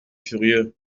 furieux